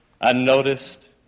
unnoticed